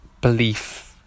belief